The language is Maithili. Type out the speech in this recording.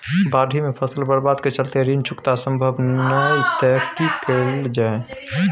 बाढि में फसल बर्बाद के चलते ऋण चुकता सम्भव नय त की कैल जा?